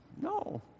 No